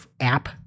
app